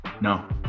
No